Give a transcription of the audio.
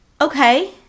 Okay